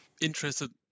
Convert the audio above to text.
interested